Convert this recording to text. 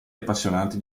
appassionati